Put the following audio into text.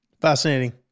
Fascinating